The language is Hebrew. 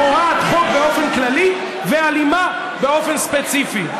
פורעת חוק באופן כללי ואלימה באופן ספציפי.